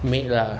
maid lah